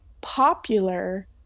popular